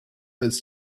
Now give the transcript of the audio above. ist